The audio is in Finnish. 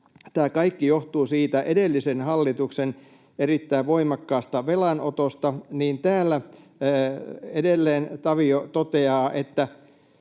tämä kaikki johtuu siitä edellisen hallituksen erittäin voimakkaasta velanotosta, niin täällä edelleen todetaan: